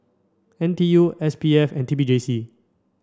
N T U S P F and T P J C